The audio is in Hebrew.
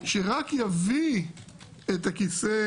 שרק יביא את הכיסא